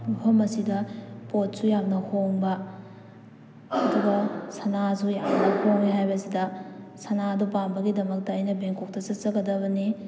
ꯃꯐꯝ ꯑꯁꯤꯗ ꯄꯣꯠꯁꯨ ꯌꯥꯝꯅ ꯍꯣꯡꯕ ꯑꯗꯨꯒ ꯁꯥꯅꯁꯨ ꯌꯥꯝꯅ ꯍꯣꯡꯉꯦ ꯍꯥꯏꯕꯁꯤꯗ ꯁꯅꯥꯗꯣ ꯄꯥꯝꯕꯒꯤꯗꯃꯛꯇ ꯑꯩꯅ ꯕꯦꯡꯀꯣꯛꯇ ꯆꯠꯆꯒꯗꯕꯅꯤ